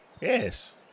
Yes